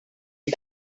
que